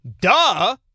duh